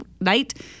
night